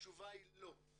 התשובה היא לא.